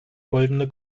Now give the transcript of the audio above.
goldene